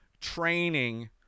training